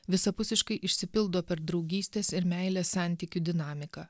visapusiškai išsipildo per draugystės ir meilės santykių dinamiką